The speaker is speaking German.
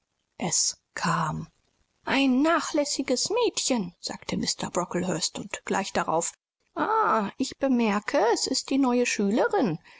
es kam ein nachlässiges mädchen sagte mr brocklehurst und gleich darauf ah ich bemerke es ist die neue schülerin